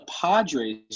Padres